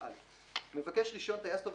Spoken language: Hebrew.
התשע"ח-2017, נתקבלה.